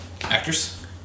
Actors